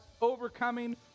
overcoming